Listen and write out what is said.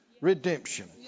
redemption